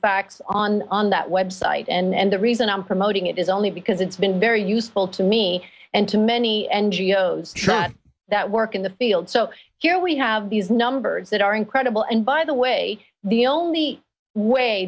facts on on that website and the reason i'm promoting it is only because it's been very useful to me and to many n g o s that work in the field so here we have these numbers that are incredible and by the way the only way